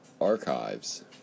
archives